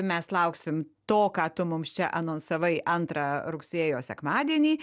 mes lauksim to ką tu mums čia anonsavai antrą rugsėjo sekmadienį